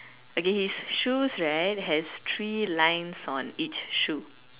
okay his shoes right has three lines on each shoe